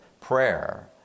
prayer